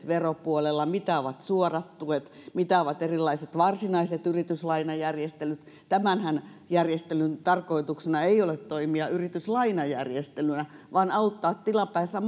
veropuolella mitä ovat suorat tuet mitä ovat erilaiset varsinaiset yrityslainajärjestelyt tämän tämän järjestelyn tarkoituksenahan ei ole toimia yrityslainajärjestelynä vaan auttaa tilapäisissä